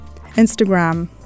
Instagram